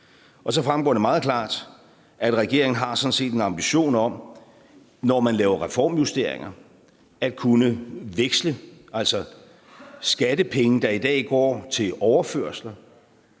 Og så fremgår det meget klart, at regeringen sådan set har en ambition om, når man laver reformjusteringer, at kunne veksle skattepenge, der i dag går til overførsler,